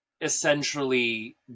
essentially